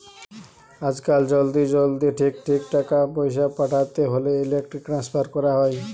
আজকাল জলদি জলদি ঠিক ঠিক টাকা পয়সা পাঠাতে হোলে ইলেক্ট্রনিক ট্রান্সফার কোরা হয়